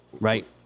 Right